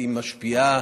היא משפיעה,